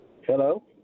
Hello